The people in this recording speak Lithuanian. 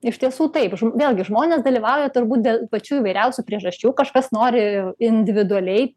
iš tiesų taip vėlgi žmonės dalyvauja turbūt dėl pačių įvairiausių priežasčių kažkas nori individualiai